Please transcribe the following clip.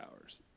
hours